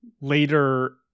Later